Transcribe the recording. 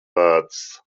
bēdas